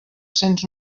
cents